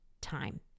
time